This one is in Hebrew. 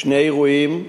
שני אירועים: